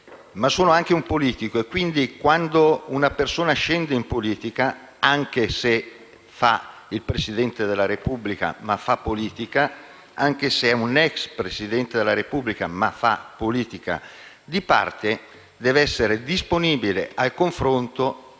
ma sono anche un politico e quindi, quando una persona scende in politica, anche se fa il Presidente della Repubblica ma fa politica, anche se è un ex Presidente della Repubblica ma fa politica di parte, dev'essere disponibile al confronto